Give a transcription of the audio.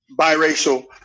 biracial